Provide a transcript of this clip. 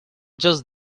just